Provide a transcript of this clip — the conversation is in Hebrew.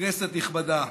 כנסת נכבדה.